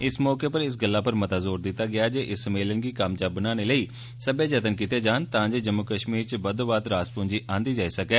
इस मौके उप्पर इस गल्ला पर मता जोर दित्ता गेआ जे इस सम्मेलन गी कामयाब बनाने लेई सब्बै जतन कीते जान तांजे जम्मू कष्मीर च बद्दोबद्व रास पूंजी आंदी जाई सकै